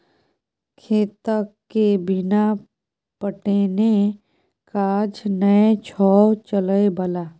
खेतके बिना पटेने काज नै छौ चलय बला